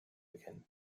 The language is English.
again